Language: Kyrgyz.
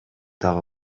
дагы